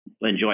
enjoy